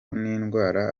n’indwara